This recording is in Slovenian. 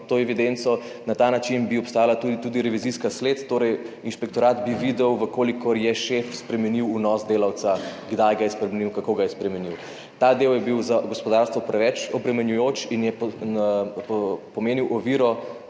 to evidenco. Na ta način bi obstajala tudi revizijska sled. Torej, inšpektorat bi videl, v kolikor je šef spremenil vnos delavca, kdaj ga je spremenil, kako ga je spremenil. Ta del je bil za gospodarstvo preveč obremenjujoč in je pomenil oviro